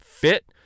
fit